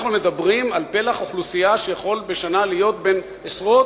אנחנו מדברים על פלח אוכלוסייה שיכול להיות בן עשרות